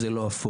וזה לא הפורום